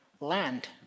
land